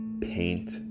paint